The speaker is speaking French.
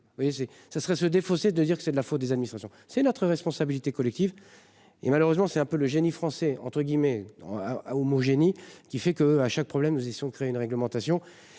ça serait se défausser de dire que c'est de la faute des administrations c'est notre responsabilité collective et malheureusement c'est un peu le génie français entre guillemets. Au mot génie qui fait que, à chaque problème nous étions crée une réglementation